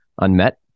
unmet